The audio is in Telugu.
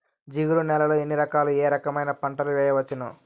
జిగురు నేలలు ఎన్ని రకాలు ఏ రకమైన పంటలు వేయవచ్చును?